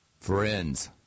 friends